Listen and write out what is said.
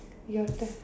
your turn